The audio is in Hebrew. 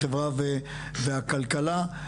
החברה והכלכלה.